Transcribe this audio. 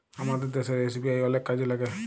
আমাদের দ্যাশের এস.বি.আই অলেক কাজে ল্যাইগে